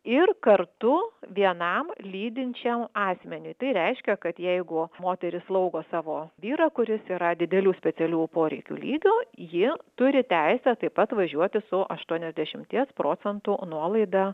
ir kartu vienam lydinčiam asmeniui tai reiškia kad jeigu moteris slaugo savo vyrą kuris yra didelių specialių poreikių lygio ji turi teisę taip pat važiuoti su aštuoniasdešimties procentų nuolaida